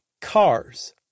Cars